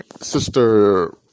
Sister